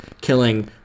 killing